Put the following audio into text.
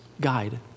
guide